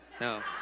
No